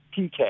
PK